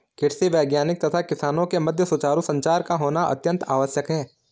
कृषि वैज्ञानिक तथा किसानों के मध्य सुचारू संचार का होना अत्यंत आवश्यक है